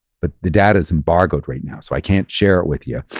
but the data is embargoed right now, so i can't share it with you.